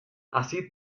así